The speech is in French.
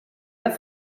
pas